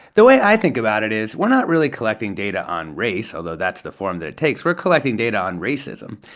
the way i think about it is we're not really collecting data on race, although, that's the form that it takes. we're collecting data on racism.